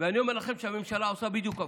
ואני אומר לכם שהממשלה עושה בדיוק הפוך.